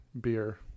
beer